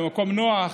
במקום נוח.